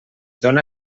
dóna